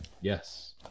Yes